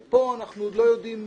פה אנחנו עוד לא יודעים,